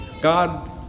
God